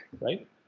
right